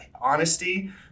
honesty